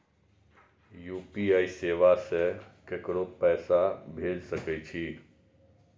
UPI सेवा से ककरो पैसा भेज सके छी?